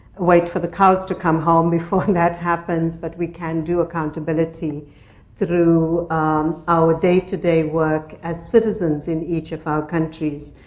wait for the cows to come home before that happens. but we can do accountability through our day-to-day work as citizens in each of our countries.